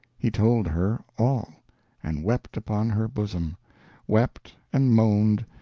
he told her all and wept upon her bosom wept, and moaned,